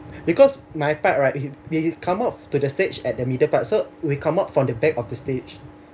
because my part right he he come out to the stage at the middle part so we come out from the back of the stage